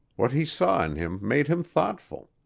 what he saw in him made him thoughtful.